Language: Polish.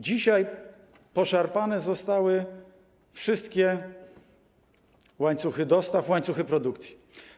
Dzisiaj poszarpane zostały wszystkie łańcuchy dostaw, łańcuchy produkcji.